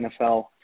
NFL